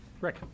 Rick